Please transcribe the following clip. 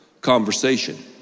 conversation